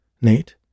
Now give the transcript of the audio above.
Nate